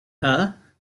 her